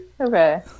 Okay